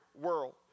world